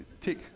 tick